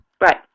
right